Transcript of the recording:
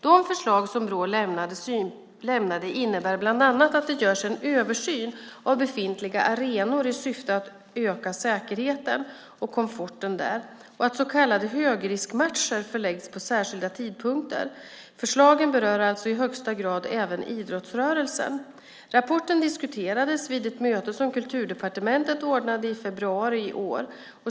De förslag som Brå därvid lämnade innebär bland annat att det görs en översyn av befintliga arenor i syfte att öka säkerheten och komforten där, och att så kallade högriskmatcher förläggs på särskilda tidpunkter. Förslagen berör alltså i hög grad även idrottsrörelsen. Rapporten diskuterades vid ett möte som Kulturdepartementet ordnade i februari i år.